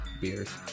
beers